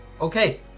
Okay